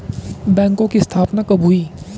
बैंकों की स्थापना कब हुई?